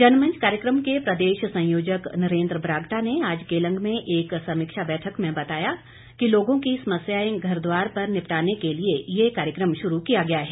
जनमंच कार्यकम के प्रदेश संयोजक नरेन्द्र बरागटा ने आज केलंग में एक समीक्षा बैठक में बताया कि लोगों की समस्याएं घरद्वार पर निपटाने के लिए ये कार्यकम शुरू किया गया है